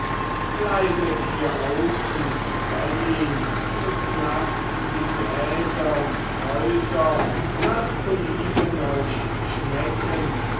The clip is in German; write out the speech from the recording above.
bleibet hieraußen bellyn und laßt die gräser und kräuter nach belieben euch schmecken